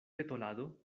petolado